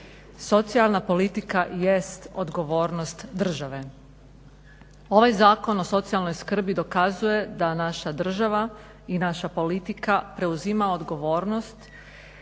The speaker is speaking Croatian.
Socijalna politika jest odgovornost države. Ovaj Zakon o socijalnoj skrbi dokazuje da naša država i naša politika preuzima odgovornost